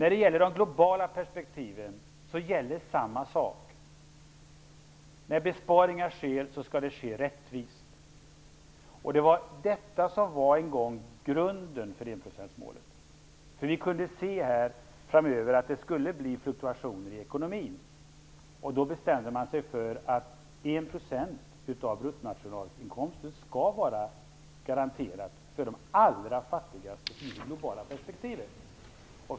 I de globala perspektiven gäller samma sak. När det görs besparingar skall de göras rättvist. Det var detta som en gång var grunden för enprocentsmålet. Man kunde se att det skulle bli fluktuationer i ekonomin framöver, och då bestämde man sig för att 1 % av bruttonationalinkomsten skall vara garanterad för de allra fattigaste i de globala perspektiven.